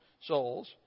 souls